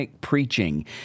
preaching